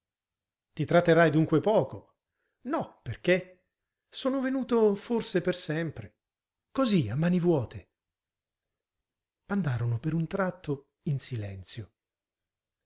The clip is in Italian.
ti tratterrai dunque poco no perché sono venuto forse per sempre così a mani vuote andarono per un tratto in silenzio